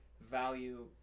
value